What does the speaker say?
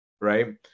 right